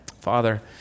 Father